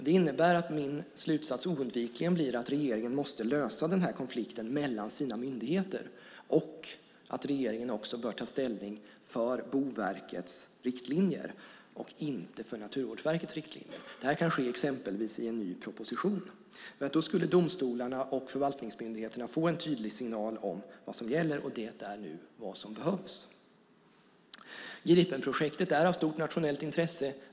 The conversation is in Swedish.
Det innebär att min slutsats oundvikligen blir att regeringen måste lösa denna konflikt mellan sina myndigheter och att regeringen bör ta ställning för Boverkets riktlinjer, inte för Naturvårdsverkets riktlinjer. Det kan ske exempelvis i en ny proposition. Då skulle domstolarna och förvaltningsmyndigheterna få en tydlig signal om vad som gäller, och det är vad som nu behövs. Gripenprojektet är av stort nationellt intresse.